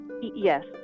Yes